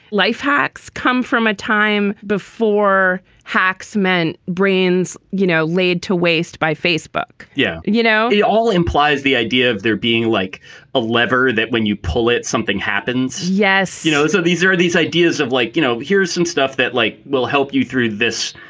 life hacks come from a time before hacks, men, brains, you know, laid to waste by facebook. yeah you know, it all implies the idea of there being like a lever that when you pull it, something happens. yes. you know, so these are these ideas of like, you know, here's some stuff that like will help you through this